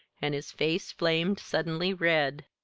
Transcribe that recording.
and his face flamed suddenly red.